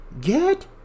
get